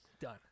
Done